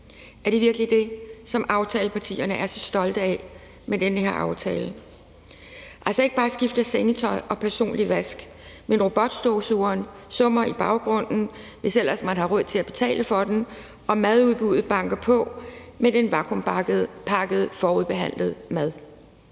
Er det virkelig det, som aftalepartierne er så stolte af med den her aftale? Og det handler altså ikke bare om at få skiftet sengetøj eller om personligt vask – robotstøvsugeren summer i baggrunden, hvis ellers man har råd til at betale for den, og madbuddet banker på med den vacuumpakkede, forbehandlede mad.